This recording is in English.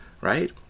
right